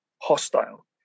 hostile